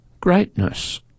greatness